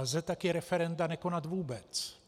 Lze také referenda nekonat vůbec.